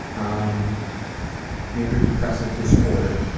um major depressive disorder.